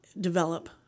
develop